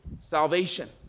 Salvation